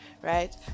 right